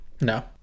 No